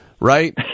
right